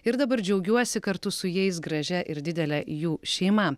ir dabar džiaugiuosi kartu su jais gražia ir didele jų šeima